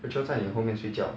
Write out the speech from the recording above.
rachel 在你后面睡觉